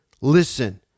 Listen